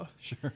Sure